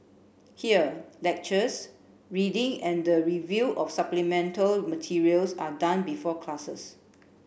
here lectures reading and the review of supplemental materials are done before classes